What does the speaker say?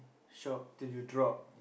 shop till you drop